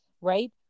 right